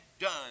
done